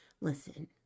Listen